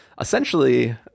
essentially